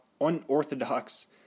unorthodox